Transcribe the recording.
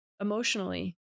emotionally